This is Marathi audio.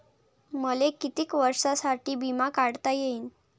मले कितीक वर्षासाठी बिमा काढता येईन?